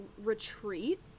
retreat